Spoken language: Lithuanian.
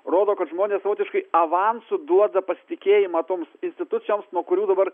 rodo kad žmonės savotiškai avansu duoda pasitikėjimą toms institucijoms nuo kurių dabar